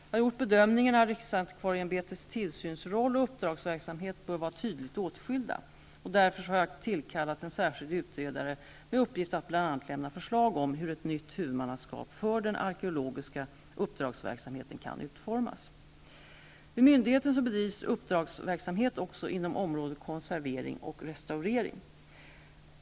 Jag har gjort bedömningen att riksantikvarieämbetets tillsynsroll och uppdragsverksamhet bör vara tydligt åtskilda. Därför har jag tillkallat en särskild utredare med uppgift att bl.a. lämna förslag om hur ett nytt huvudmannaskap för den arkeologiska uppdragsverksamheten kan utformas (dir. Vid myndigheten bedrivs uppdragsverksamhet också inom områdena konservering och restaurering.